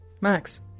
Max